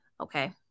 Okay